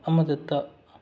ꯑꯃꯗꯇ